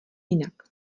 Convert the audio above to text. jinak